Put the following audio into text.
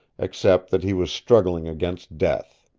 except that he was struggling against death.